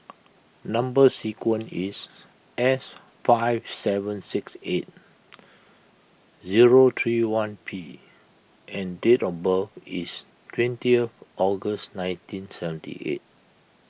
Number Sequence is S five seven six eight zero three one P and date of birth is twentieth August nineteen seventy eight